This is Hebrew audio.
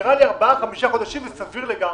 נראה לי שארבעה-חמישה חודשים זה סביר לגמרי.